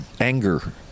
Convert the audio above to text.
anger